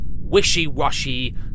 wishy-washy